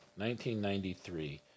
1993